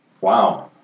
Wow